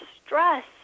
stress